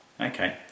okay